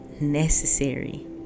necessary